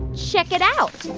check it out.